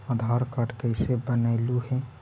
आधार card कईसे बनैलहु हे?